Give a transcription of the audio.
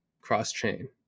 cross-chain